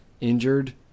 injured